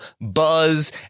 Buzz